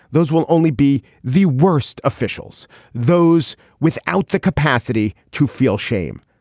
those will only be the worst officials those without the capacity to feel shame.